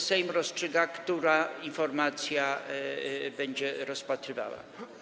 Sejm rozstrzyga, która informacja będzie rozpatrywana.